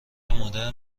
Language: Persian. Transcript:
مدرن